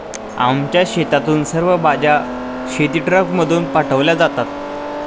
आमच्या शेतातून सर्व भाज्या शेतीट्रकमधून पाठवल्या जातात